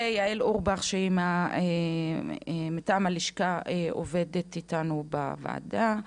ויעל אורבך שהיא עובדת איתנו בוועדה